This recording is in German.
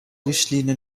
richtlinie